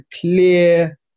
clear